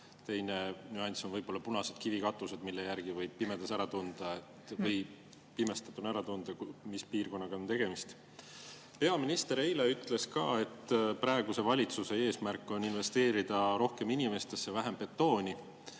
Teine nüanss on võib-olla punased kivikatused, mille järgi võib pimedas ära tunda, mis piirkonnaga on tegemist. Peaminister eile ütles ka, et praeguse valitsuse eesmärk on investeerida rohkem inimestesse ja vähem betooni.